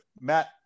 Matt